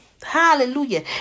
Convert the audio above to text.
Hallelujah